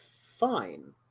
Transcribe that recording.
fine